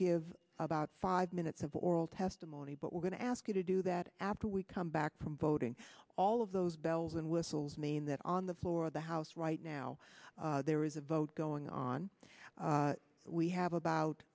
give about five minutes of oral testimony but we're going to ask you to do that after we come back from voting all of those bells and whistles mean that on the floor of the house right now there is a vote going on we have about